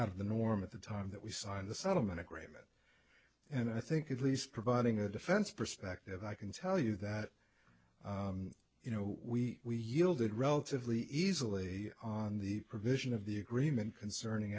of the norm at the time that we signed the settlement agreement and i think it least providing a defense perspective i can tell you that you know we yielded relatively easily on the provision of the agreement concerning